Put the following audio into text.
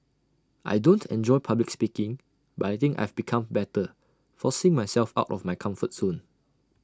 I don't enjoy public speaking but I think I've become better forcing myself out of my comfort zone